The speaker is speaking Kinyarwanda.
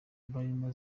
barimo